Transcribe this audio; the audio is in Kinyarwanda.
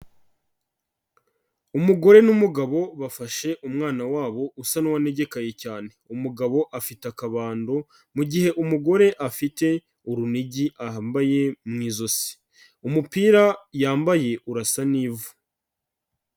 Umugore n'umugabo bafashe umwana wabo usa n'uwanegekaye cyane, umugabo afite akabando, mu gihe umugore afite urunigi ahambaye mu ijosi, umupira yambaye urasa n'ivu.